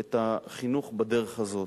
את החינוך בדרך הזאת.